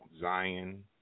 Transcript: Zion